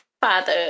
father